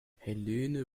helene